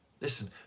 Listen